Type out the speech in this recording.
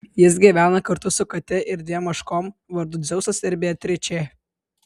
jis gyvena kartu su kate ir dviem ožkom vardu dzeusas ir beatričė